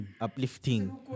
Uplifting